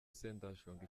sendashonga